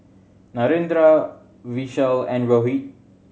Narendra Vishal and Rohit